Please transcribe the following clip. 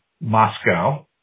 Moscow